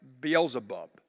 Beelzebub